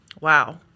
Wow